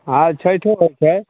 हँ छठिओ होइत छै